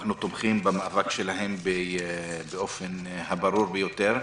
אנחנו תומכים במאבק שלהם באופן הברור ביותר.